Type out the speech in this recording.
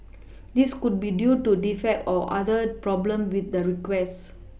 this could be due to defect or other problem with the request